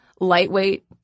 lightweight